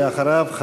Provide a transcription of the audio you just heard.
ואחריו,